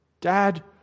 Dad